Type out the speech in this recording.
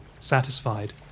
satisfied